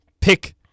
pick